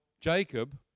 Jacob